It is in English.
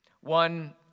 One